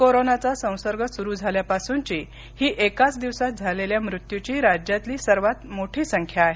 कोरोनाचा संसर्ग सुरू झाल्यापासूनची ही एकाच दिवसात झालेल्या मृत्यूची राज्यातील सर्वांत मोठी संख्या आहे